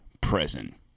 present